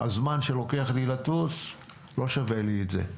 הזמן שלוקח לטוס לא שווה את זה.